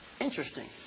Interesting